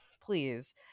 please